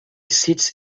sits